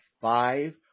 five